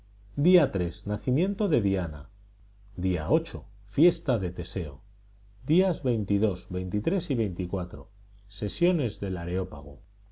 día nacimiento de diana día fiesta de teseo días veintitrés y veinticuatro sesiones del areópago